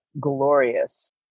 glorious